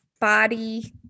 body